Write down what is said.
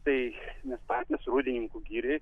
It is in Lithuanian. tai mes patys rūdininkų girioj